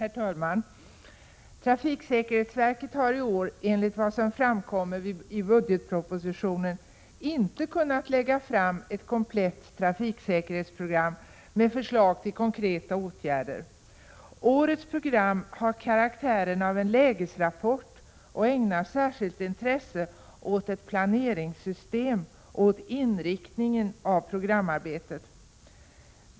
Herr talman! Trafiksäkerhetsverket har i år, enligt vad som framkommer i budgetpropositionen, inte kunnat lägga fram ett komplett trafiksäkerhetsprogram med förslag till konkreta åtgärder. Årets program har karaktären av en lägesrapport och ägnar särskilt intresse åt ett planeringssystem och åt inriktningen av programarbetet.